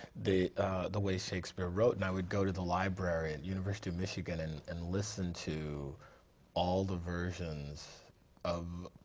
the the way shakespeare wrote and i would go to the library at university of michigan and, and listen to all the versions of.